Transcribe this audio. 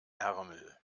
ärmel